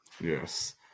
Yes